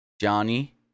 Johnny